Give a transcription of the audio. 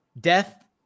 death